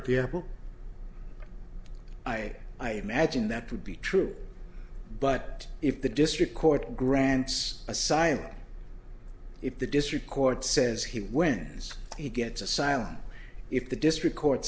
at the apple i i imagine that would be true but if the district court grants asylum if the district court says he wins he gets a cylon if the district court